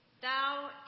thou